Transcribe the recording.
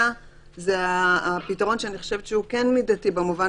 אפשרות שנייה היא הפתרון שאני חושבת שהוא כן מידתי במובן